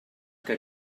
que